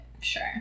Sure